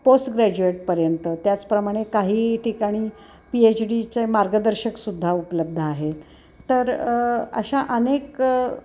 पोस ग्रॅज्युएटपर्यंत त्याचप्रमाणे काही ठिकाणी पी एच डीचे मार्गदर्शकसुद्धा उपलब्ध आहेत तर अशा अनेक